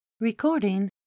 Recording